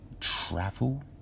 travel